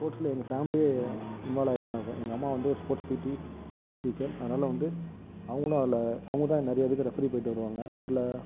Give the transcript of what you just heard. ஸ்போர்ட்ஸ்ஸில் எங்கள் family involve ஆகித்தான் இருக்கும் எங்கள் அம்மா வந்து ஒரு ஸ்போர்ட்ஸ் பிடி பிடி டீச்சர் அதனால் வந்து அவங்களும் அதில் அவங்கதான் நிறைய இதுக்கு ரெஃப்ரி போயிட்டு வருவாங்கள் ஊரில்